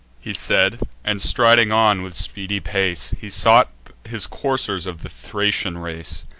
he said, and striding on, with speedy pace, he sought his coursers of the thracian race.